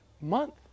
month